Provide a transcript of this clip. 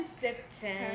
September